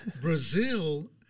Brazil